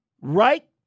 Right